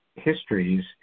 histories